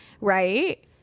right